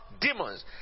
demons